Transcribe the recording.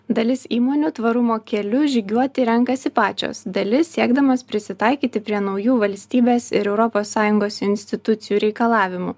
dalis įmonių tvarumo keliu žygiuoti renkasi pačios dalis siekdamos prisitaikyti prie naujų valstybės ir europos sąjungos institucijų reikalavimų